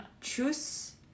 choose